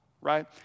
right